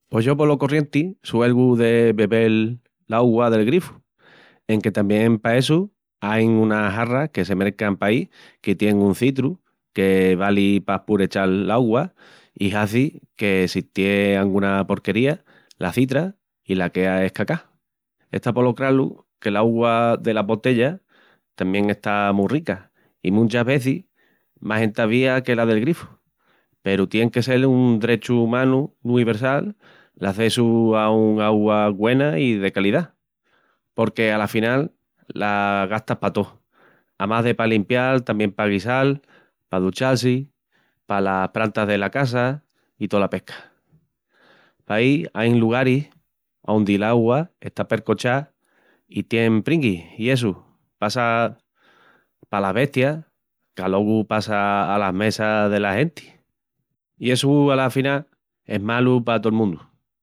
Pos yo polo corrienti suelgu de bebel l'áugua del grifu, enque tamién pa essu áin unas jarras que se mercan paí que tién un citru que vali p'aspurechal l'áugua i hazi que si tié anguna porquería la citra i la quea escacá. Está polo cralu que'l áugua dela botella tamién está mu rica i munchas vezis más entavía que la del grifu, peru tién que sel un drechu umanu nuiversal l'acessu a un áugua güena i de calidá. Porque ala final la gastas pa tó, amás de pa limpial tamién pa guisal, pa duchal-si, palas prantas dela casa i tola pesca. Paí áin lugaris ondi l'áugua está percochá i tié pringuis i essu pasa palas bestias que alogu pasa alas mesas dela genti. I essu ala final es malu pa tol mundu.